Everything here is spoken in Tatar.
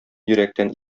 йөрәктән